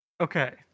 Okay